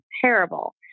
terrible